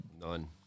none